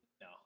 No